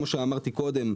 כמו שאמרתי קודם,